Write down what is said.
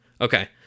okay